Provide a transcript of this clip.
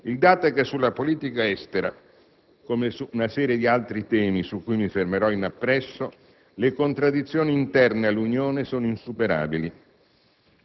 Il dato è che sulla politica estera, come su una serie di altri temi su cui mi soffermerò in appresso, le contraddizioni interne all'Unione sono insuperabili.